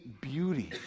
beauty